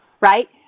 right